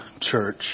church